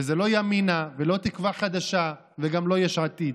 וזה לא ימינה ולא תקווה חדשה וגם לא יש עתיד,